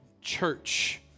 church